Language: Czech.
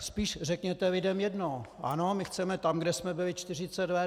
Spíš řekněte lidem jedno: Ano, my chceme tam, kde jsme byli čtyřicet let...